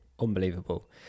unbelievable